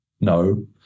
No